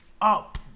up